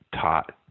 taught